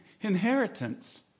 inheritance